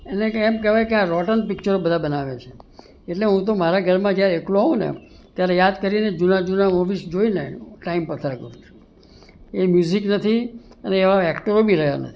એટલે કે એમ કહેવાય કે આ રોટન પિક્ચરો બધા બનાવે છે એટલે હું તો મારા ઘરમાં જયારે એકલો હોઉં ને ત્યારે યાદ કરીને જુના જુના મુવીઝ જોઈને હું ટાઈમ પસાર કરું છું એ મ્યુઝિક નથી અને એવા એક્ટરો બી રહ્યા નથી